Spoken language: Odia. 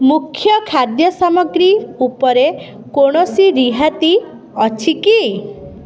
ମୁଖ୍ୟ ଖାଦ୍ୟ ସାମଗ୍ରୀ ଉପରେ କୌଣସି ରିହାତି ଅଛି କି